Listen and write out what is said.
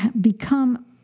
become